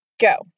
Go